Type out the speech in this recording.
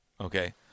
okay